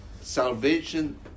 salvation